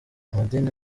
amadini